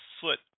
foot